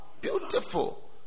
Beautiful